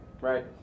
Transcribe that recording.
right